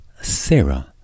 Sarah